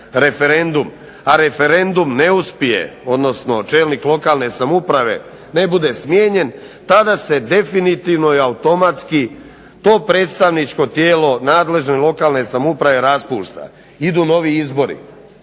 referendum, a referendum ne uspije odnosno čelnik lokalne samouprave ne bude smijenjen, tada se definitivno i automatski to predstavničko tijelo nadležne lokalne samouprave raspušta, idu novi izbori.